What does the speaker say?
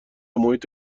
محیط